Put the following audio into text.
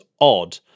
odd